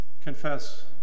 confess